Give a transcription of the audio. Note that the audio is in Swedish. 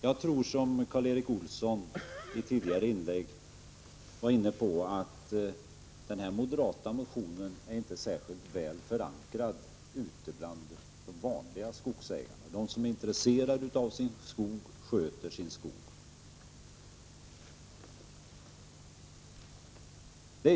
Jag tror — liksom Karl Erik Olsson i ett tidigare inlägg var inne på — att den här moderata motionen inte är särskilt väl förankrad ute bland de vanliga skogsägarna, som är intresserade av sin skog och sköter den.